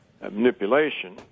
manipulation